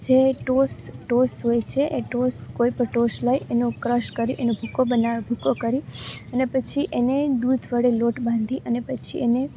જે toast toast હોય છે એ ટોસ કોઈ પણ ટોશ લઈ એનો ક્રશ કરી એનો ભૂકો ભૂકો કરી અને પછી એને દૂધ વડે લોટ બાંધી અને પછી એને